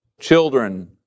children